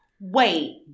Wait